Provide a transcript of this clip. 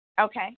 Okay